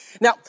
Now